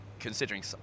considering